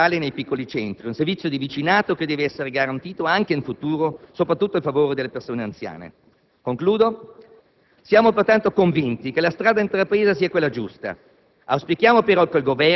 che è funzione sociale nei piccoli centri, un servizio di vicinato che deve essere garantito anche in futuro, soprattutto a favore delle persone anziane. Siamo convinti che la strada intrapresa sia quella giusta.